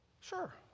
Sure